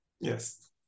Yes